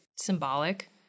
Symbolic